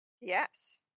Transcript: Yes